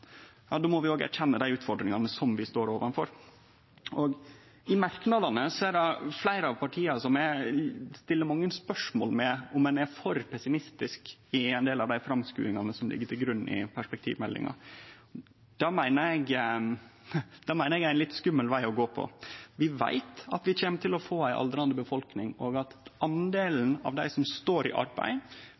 må vi òg erkjenne dei utfordringane som vi står overfor. I merknadene er det fleire av partia som set mange spørsmålsteikn ved om ein er for pessimistisk i ein del av dei framskrivingane som ligg til grunn i perspektivmeldinga. Det meiner eg er ein litt skummel veg å gå. Vi veit at vi kjem til å få ei aldrande befolkning, og at andelen av dei som står i arbeid,